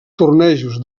tornejos